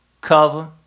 cover